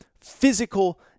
physical